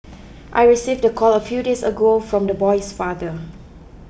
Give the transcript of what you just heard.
I received the call a few days ago from the boy's father